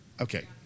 Okay